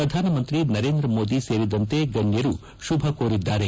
ಪ್ರಧಾನಮಂತ್ರಿ ನರೇಂದ್ರ ಮೋದಿ ಸೇರಿದಂತೆ ಗಣ್ಣರು ಶುಭ ಕೋರಿದ್ದಾರೆ